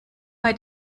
bei